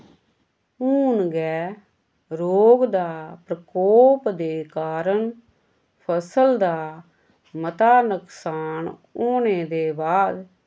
हून गै रोव दा प्रकोप दे कारण फसल दा मता नुकसान होने दे बाद